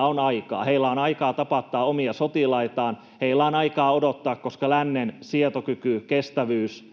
on aikaa. Heillä on aikaa tapattaa omia sotilaitaan, heillä on aikaa odottaa, koska lännen sietokyky, kestävyys